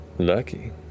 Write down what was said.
Lucky